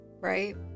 Right